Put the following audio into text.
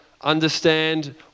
understand